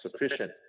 sufficient